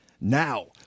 Now